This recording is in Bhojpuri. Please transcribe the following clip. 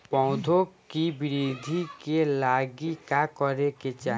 पौधों की वृद्धि के लागी का करे के चाहीं?